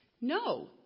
No